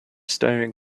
staring